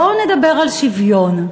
בואו נדבר על שוויון.